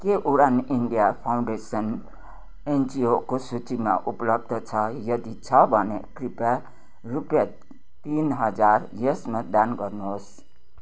के Udaan India foundation एनजिओको सूचीमा उपलब्ध छ यदि छ भने कृपया रुपियाँ तिन हजार यसमा दान गर्नुहोस्